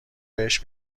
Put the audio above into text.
بهش